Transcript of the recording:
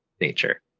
nature